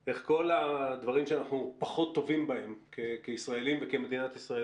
את כל הדברים שאנחנו פחות טובים בהם כישראלים וכמדינת ישראל,